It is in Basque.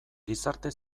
gizarte